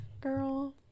girl